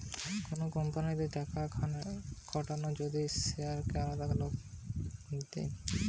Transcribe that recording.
কোন কোম্পানিতে টাকা খাটানো যদি শেয়ারকে আলাদা লোক নিতেছে